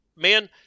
Man